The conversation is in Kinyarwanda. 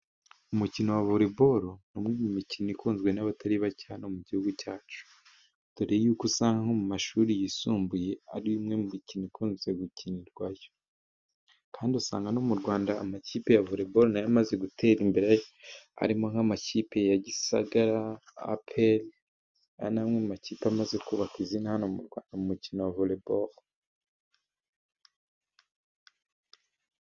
Umukino wa voreboro ni umwe mu mikino ikunzwe n'abatari bake hano mu gihugu cyacu, dore y'uko usanga nko mu mashuri yisumbuye ari umwe mu mikino ikunze gukinirwayo, kandi usanga no mu Rwanda amakipe ya voreboro na yo amaze gutera imbere, harimo nk'amakipe ya Gisagara, Aperi. Aya ni amwe mu makipe amaze kubaka izina hano mu Rwanda, mu mukino wa voreboro.